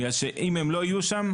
בגלל שאם הם לא יהיו שם,